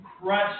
crush